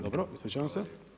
Dobro, ispričavam se.